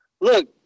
look